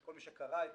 כל מי שקרא את